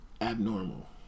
abnormal